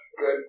Good